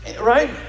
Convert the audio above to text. right